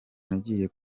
nigiye